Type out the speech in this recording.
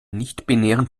nichtbinären